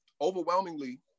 overwhelmingly